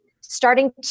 starting